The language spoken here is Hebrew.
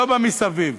לא במסביב,